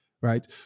Right